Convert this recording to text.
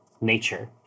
nature